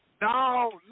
No